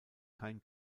kein